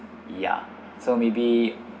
ya so maybe